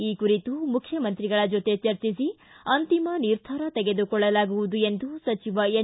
ಈ ಕುರಿತು ಮುಖ್ಯಮಂತ್ರಿಗಳ ಜೊತೆ ಚರ್ಚೆಸಿ ಅಂತಿಮ ನಿರ್ಧಾರ ತೆಗೆದುಕೊಳ್ಳಲಾಗುವುದು ಎಂದು ಸಚಿವ ಎನ್